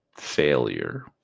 Failure